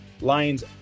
Lions